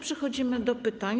Przechodzimy do pytań.